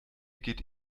geht